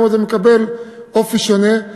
היום הזה מקבל אופי שונה.